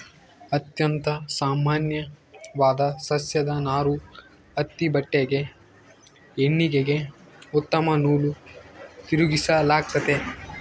ಅತ್ಯಂತ ಸಾಮಾನ್ಯವಾದ ಸಸ್ಯದ ನಾರು ಹತ್ತಿ ಬಟ್ಟೆಗೆ ಹೆಣಿಗೆಗೆ ಉತ್ತಮ ನೂಲು ತಿರುಗಿಸಲಾಗ್ತತೆ